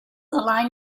align